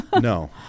no